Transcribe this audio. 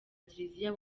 kiliziya